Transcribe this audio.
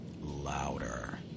Louder